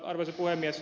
arvoisa puhemies